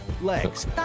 legs